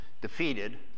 defeated